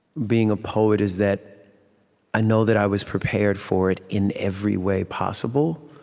being a poet is that i know that i was prepared for it in every way possible,